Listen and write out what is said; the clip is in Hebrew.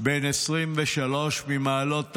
בן 23 ממעלות תרשיחא,